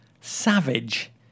savage